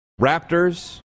Raptors